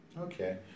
Okay